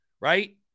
right